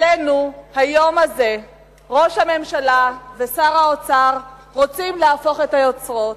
אצלנו היום הזה ראש הממשלה ושר האוצר רוצים להפוך את היוצרות,